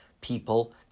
people